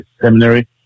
Seminary